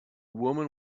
woman